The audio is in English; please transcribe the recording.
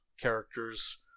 characters